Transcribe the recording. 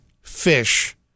fish